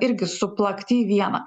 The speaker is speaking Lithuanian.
irgi suplakti į vieną